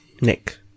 Nick